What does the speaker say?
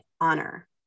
honor